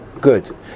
good